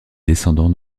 descendant